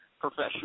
professional